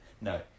no